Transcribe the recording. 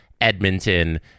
Edmonton